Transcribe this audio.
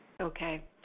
Okay